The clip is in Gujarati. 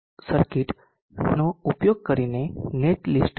cir નો ઉપયોગ કરીને નેટલિસ્ટ જનરેટ કરું છું